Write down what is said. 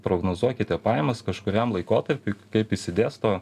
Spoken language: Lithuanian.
prognozuokite pajamas kažkuriam laikotarpiui kaip išsidėsto